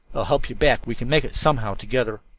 i'll help you back. we can make it somehow together.